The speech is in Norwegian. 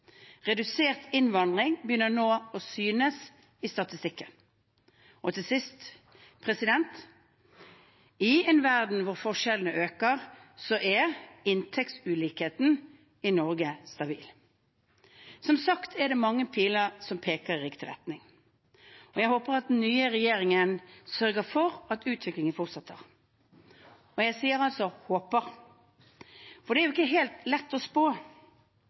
Redusert innvandring begynner nå å synes i statistikken. Og til sist: I en verden hvor forskjellene øker, er inntektsulikheten i Norge stabil. Som sagt er det mange piler som peker i riktig retning. Jeg håper at den nye regjeringen sørger for at utviklingen fortsetter. Jeg sier «håper», for det er jo ikke helt lett å spå.